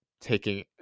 taking